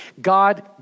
God